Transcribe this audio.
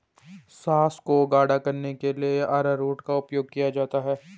sauce को गाढ़ा करने के लिए अरारोट का उपयोग किया जाता है